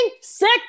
sick